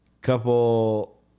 couple